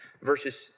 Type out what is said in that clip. verses